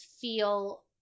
feel